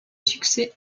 succès